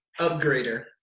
upgrader